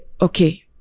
okay